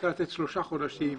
צריך לתת שלושה חודשים.